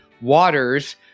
Waters